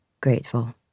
Grateful